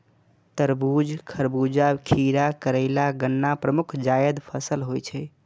तरबूज, खरबूजा, खीरा, करेला, गन्ना प्रमुख जायद फसल होइ छै